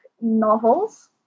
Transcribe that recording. novels